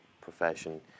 profession